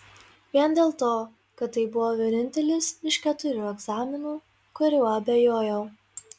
vien dėl to kad tai buvo vienintelis iš keturių egzaminų kuriuo abejojau